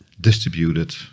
distributed